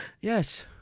Yes